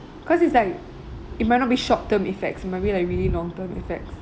cause it's like it might not be short term effects it might be like really long term effects